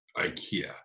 ikea